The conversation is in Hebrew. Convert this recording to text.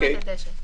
הדשא.